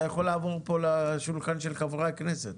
אתה יכול לעבור לשולחן של חברי הכנסת.